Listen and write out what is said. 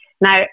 Now